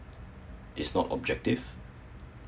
is not objective